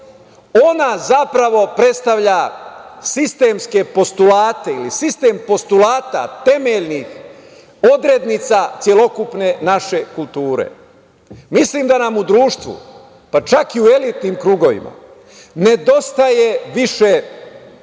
ona zapravo predstavlja sistemske postulate ili sistem postulata temeljnih odrednica celokupne naše kulture. Mislim da nam u društvu, pa čak i u elitnim krugovima, nedostaje više govora,